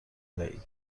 دهید